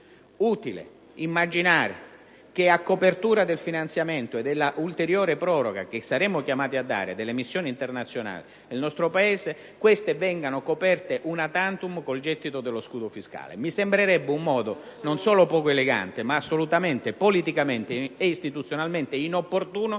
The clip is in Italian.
utile immaginare che a copertura del finanziamento e della ulteriore proroga che saremo chiamati a dare delle missioni internazionali del nostro Paese, queste vengano coperte *una tantum* con il gettito dello scudo fiscale. Mi sembrerebbe un modo non solo poco elegante, ma assolutamente politicamente e istituzionalmente inopportuno